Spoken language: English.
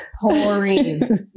pouring